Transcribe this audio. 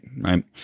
right